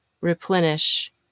replenish